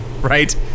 right